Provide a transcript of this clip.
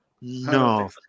No